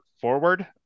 forward